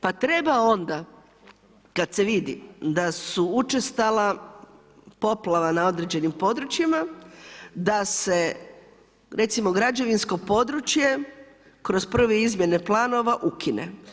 Pa treba onda kad se vidi da su učestala poplava na određenim područjima, da se recimo građevinsko područje kroz prve izmjene planova ukine.